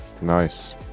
Nice